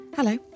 Hello